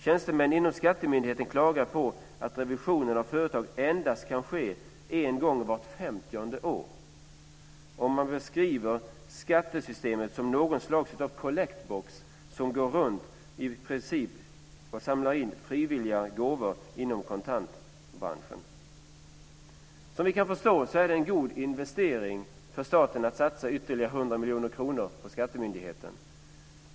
Tjänstemän inom skattemyndigheten klagar på att revisionen av företag endast kan ske en gång vart 50:e år. Man beskriver skattesystemet som något slags collect box som går runt och samlar in frivilliga gåvor i kontantbranschen. Som vi kan förstå är det en god investering för staten att satsa ytterligare 100 miljoner kronor på skattemyndigheterna.